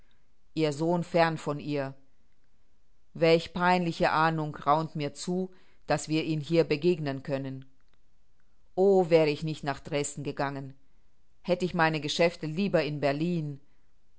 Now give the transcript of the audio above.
ihr sohn fern von ihr welche peinliche ahnung raunt mir zu daß wir ihm hier begegnen können o wär ich nicht nach dresden gegangen hätt ich meine geschäfte lieber in berlin